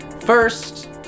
first